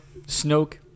Snoke